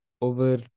over